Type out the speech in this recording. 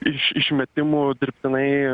iš išmetimo dirbtinai